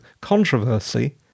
controversy